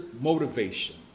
motivation